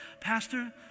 Pastor